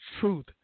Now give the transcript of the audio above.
truth